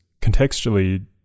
contextually